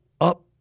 up